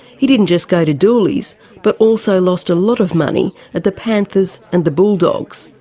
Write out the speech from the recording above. he didn't just go to dooleys but also lost a lot of money at the panthers and the bulldogs,